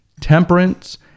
temperance